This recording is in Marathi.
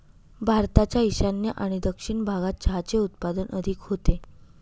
भारताच्या ईशान्य आणि दक्षिण भागात चहाचे उत्पादन अधिक होते